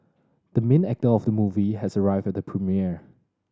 the main actor of the movie has arrived at the premiere